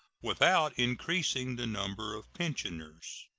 without increasing the number of pensioners.